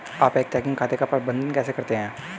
आप एक चेकिंग खाते का प्रबंधन कैसे करते हैं?